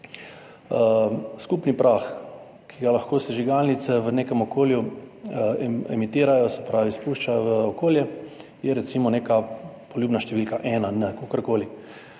Skupni prah, ki ga lahko sežigalnice v nekem okolju emitirajo, se pravi spuščajo v okolje, je recimo neka poljubna številka 1n, kakorkoli.